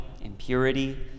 impurity